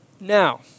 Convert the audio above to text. Now